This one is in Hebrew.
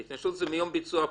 ההתיישנות זה מיום ביצוע הפשע.